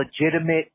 legitimate